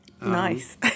Nice